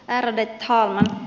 ärade talman